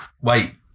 Wait